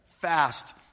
Fast